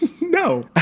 No